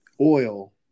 oil